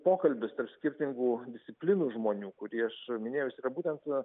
pokalbis tarp skirtingų disciplinų žmonių kurį aš minėjau yra būtent